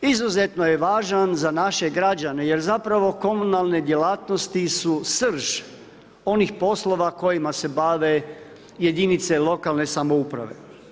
Izuzetno je važan za naše građane jer zapravo komunalne djelatnosti su srž onih poslova kojima se bave jedinice lokalne samouprave.